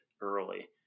early